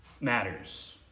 matters